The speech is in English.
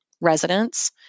residents